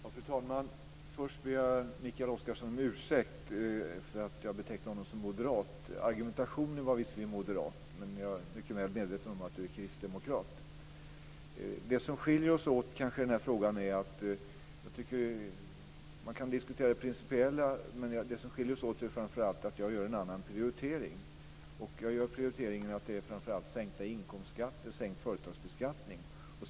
Fru talman! Först vill jag be Mikael Oscarsson om ursäkt för att jag betecknade honom som moderat. Argumentationen var visserligen moderat. Men jag är mycket väl medveten om att han är kristdemokrat. Det som skiljer oss åt i denna fråga kanske framför allt är att jag gör en annan prioritering. Jag göra prioriteringen att det är framför allt sänkningar av inkomstskatterna och sänkningar av företagsbeskattningen som ska ske.